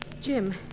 Jim